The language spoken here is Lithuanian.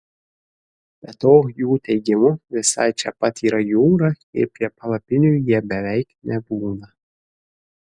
be to jų teigimu visai čia pat yra jūra ir prie palapinių jie beveik nebūna